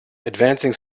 advancing